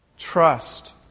Trust